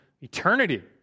eternity